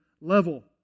level